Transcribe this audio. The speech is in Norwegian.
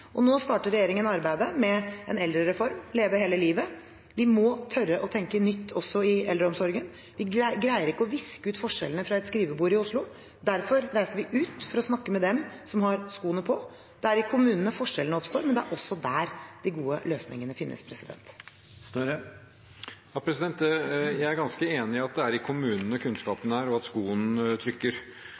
Nå starter regjeringen arbeidet med en eldrereform – Leve hele livet. Vi må tørre å tenke nytt også i eldreomsorgen. Vi greier ikke å viske ut forskjellene fra et skrivebord i Oslo. Derfor reiser vi ut for å snakke med dem som har skoene på. Det er i kommunene forskjellene oppstår, men det er også der de gode løsningene finnes. Jeg er ganske enig i at det er i kommunene kunnskapen er og skoen trykker.